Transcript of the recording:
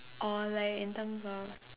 or like in terms of